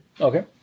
Okay